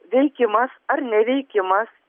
veikimas ar neveikimas